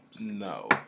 No